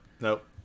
Nope